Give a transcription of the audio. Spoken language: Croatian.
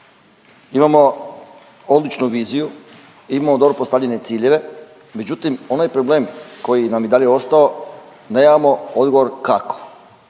Imamo odličnu viziju, imamo dobro postavljene ciljeve. Međutim, onaj problem koji nam je i dalje ostao nemamo odgovor kako,